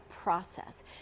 process